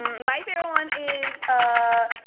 my favorite one is ah,